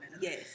Yes